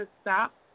stop